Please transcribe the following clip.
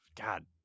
god